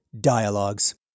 dialogues